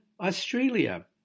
Australia